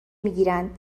میگیرند